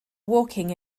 walking